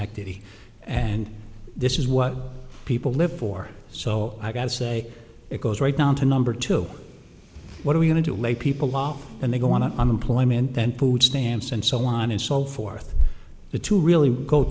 activity and this is what people live for so i gotta say it goes right down to number two what are we going to lay people off and they go on an unemployment stamps and so on and so forth the two really go